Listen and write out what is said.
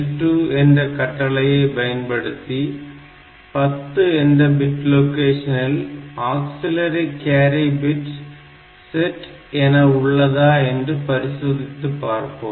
6L2 என்ற கட்டளையை பயன்படுத்தி 10 என்ற பிட் லொகேஷனில் ஆக்சில்லரி கியாரி பிட் செட் என உள்ளதா என்று பரிசோதித்துப் பார்ப்போம்